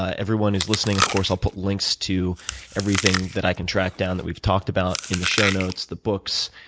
ah everyone who's listening, of course, i'll put links to everything that i can track down that we've talked about in the show notes, the books,